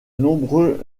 nombreux